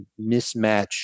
mismatch